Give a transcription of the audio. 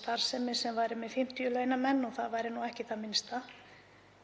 starfsemi sem væri með 50 launamenn og það væri ekki það minnsta,